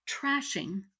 trashing